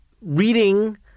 reading